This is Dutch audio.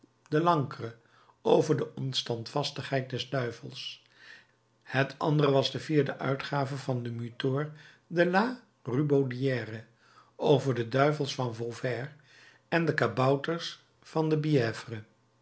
president delancre over de onstandvastigheid der duivels het andere was de vierde uitgave van mutor de la rubaudière over de duivels van vauvert en de kabouters van de